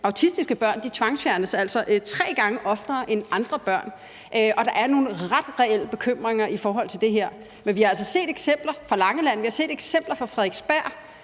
autistiske børn tvangsfjernes altså tre gange oftere end andre børn, og der er nogle ret reelle bekymringer i forhold til det her, men vi har altså set eksempler fra Langeland, vi har set eksempler fra Frederiksberg,